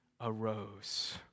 arose